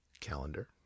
Calendar